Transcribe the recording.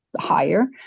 higher